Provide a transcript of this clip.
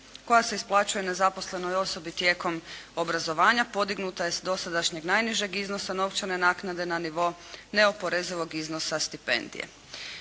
koja se isplaćuje nezaposlenoj osobi tijekom obrazovanja podignuta je s dosadašnjeg najnižeg iznosa novčane naknade na nivo neoporezivog iznosa stipendije.